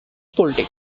politics